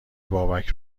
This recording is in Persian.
بابک